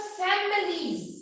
families